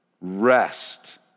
rest